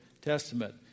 Testament